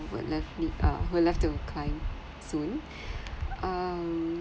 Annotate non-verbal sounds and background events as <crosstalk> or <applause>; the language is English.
would love it uh would love to climb soon <breath> um